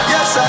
Yes